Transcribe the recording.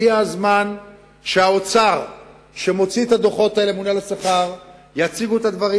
הגיע הזמן שהממונה על השכר, שמוציא את הדוחות,